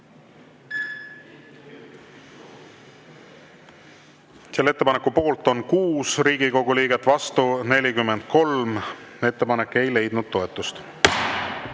Selle ettepaneku poolt on 6 Riigikogu liiget, vastu 43. Ettepanek ei leidnud toetust.